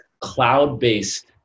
cloud-based